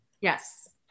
yes